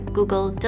Google